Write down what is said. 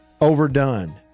overdone